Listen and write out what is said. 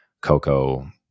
Coco